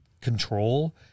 control